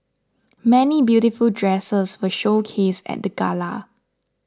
many beautiful dresses were showcased at the gala